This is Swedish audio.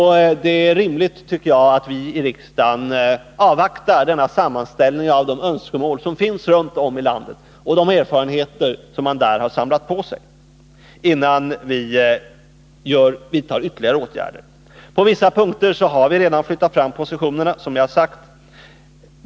Det är rimligt, tycker jag, att vi i riksdagen avvaktar denna sammanställning av de önskemål som finns runt om i landet och de erfarenheter som man där kan ha samlat på sig, innan vi vidtar ytterligare åtgärder. På vissa punkter har vi redan flyttat fram positionerna, som jag sagt.